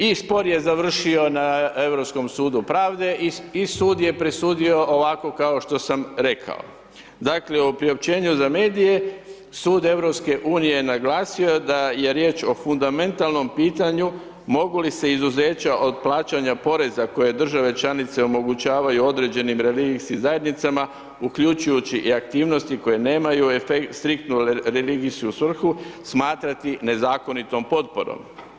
I spor je završio na Europskom sudu pravde i sud je presudio ovako kao što sam rekao, dakle, u priopćenju za medije, sud EU, naglasio da je riječ o fundamentalnom pitanju, mogu li se izuzeća od plaćanja poreza koje države članice omogućavaju određenim religijskim zajednicama, uključujući i aktivnosti koje nemaju striktnu religijsku svrhu smatrati nezakonitom potporom.